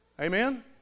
Amen